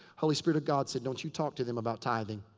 holy spirit of god said, don't you talk to them about tithing.